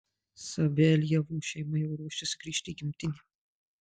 saveljevų šeima jau ruošiasi grįžti į gimtinę